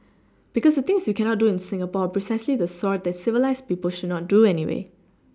because the things you cannot do in Singapore are precisely the sort that civilised people should not do anyway